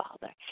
Father